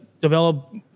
develop